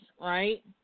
right